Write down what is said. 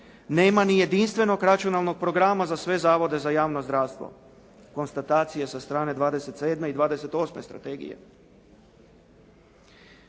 Nema ni jedinstvenog računalnog programa za sve zavode za javno zdravstvo. Konstatacije sa strane 27. i 28. strategije.